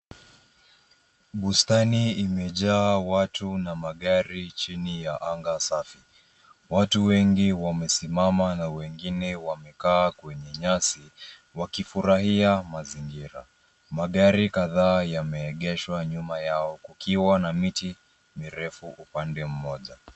Bustani imejaa watu na magari chini ya anga safi. Watu wengi wamesimama na wengine wamekaa kwenye nyasi wakifurahia mazingira. Magari kadhaa yameegeshwa nyuma yao, kukiwa na miti mirefu upande mmoja.